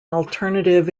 alternative